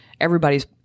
everybody's